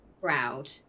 crowd